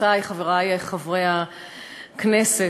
חברותי וחברי חברי הכנסת,